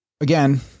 again